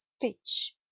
Pitch